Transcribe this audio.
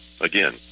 Again